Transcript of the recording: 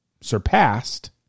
surpassed